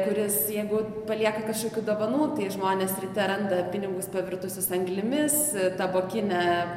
kuris jeigu palieka kažkokių dovanų tai žmonės ryte randa pinigus pavirtusius anglimis tabokinę